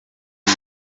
izo